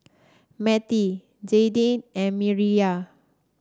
Matie Jaidyn and Mireya